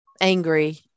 angry